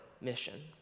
mission